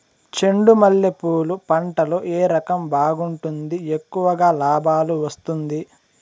చెండు మల్లె పూలు పంట లో ఏ రకం బాగుంటుంది, ఎక్కువగా లాభాలు వస్తుంది?